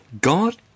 God